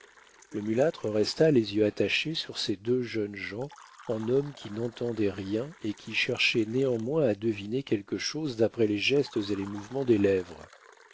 le mulâtre resta les yeux attachés sur ces deux jeunes gens en homme qui n'entendait rien et qui cherchait néanmoins à deviner quelque chose d'après les gestes et le mouvement des lèvres